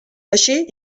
així